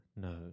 No